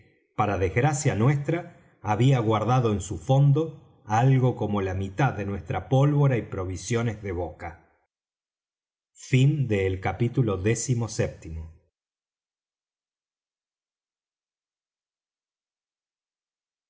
para desgracia nuestra había guardado en su fondo algo como la mitad de nuestra pólvora y provisiones de boca capítulo